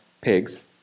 pigs